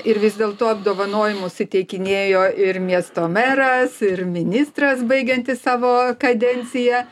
ir vis dėlto apdovanojimus įteikinėjo ir miesto meras ir ministras baigiantis savo kadenciją